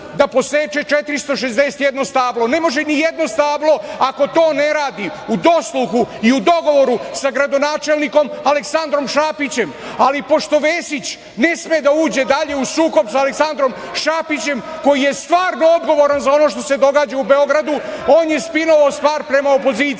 da poseče 461 stablo. Ne može ni jedno stablo ako to ne radi u dosluhu i u dogovoru sa gradonačelnikom Aleksandrom Šapićem. Ali pošto Vesić ne sme da uđe dalje u sukob sa Aleksandrom Šapićem koji je stvarno odgovoran za ono što se događa u Beogradu, on je spinovao stvar prema opoziciji. Predlažem